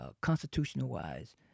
constitutional-wise